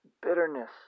bitterness